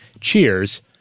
Cheers